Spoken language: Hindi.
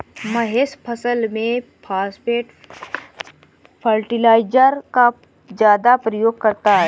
महेश फसल में फास्फेट फर्टिलाइजर का ज्यादा प्रयोग करता है